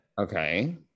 Okay